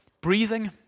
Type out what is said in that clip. Breathing